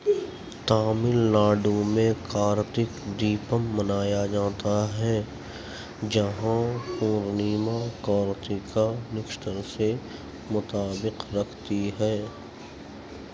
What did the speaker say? تامل ناڈو میں کارتک دیپم منایا جاتا ہے جہاں پورنیما کارتکا نکشتر سے مطابقت رکھتی ہے